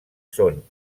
són